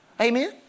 Amen